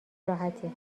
راحتی